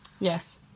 Yes